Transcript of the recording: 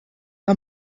the